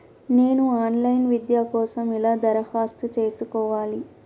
నేను online విద్య కోసం ఎలా దరఖాస్తు చేసుకోవాలి?